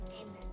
amen